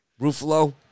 Ruffalo